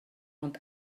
ond